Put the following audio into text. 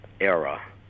era